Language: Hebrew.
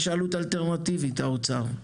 יש עלות אלטרנטיבית, האוצר.